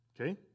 Okay